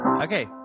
okay